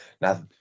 Now